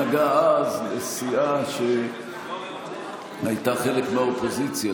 כי החוק נגע אז בסיעה שהייתה חלק מהאופוזיציה,